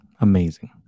amazing